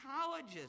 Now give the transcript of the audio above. colleges